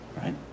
right